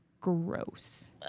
gross